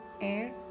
air